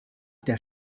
der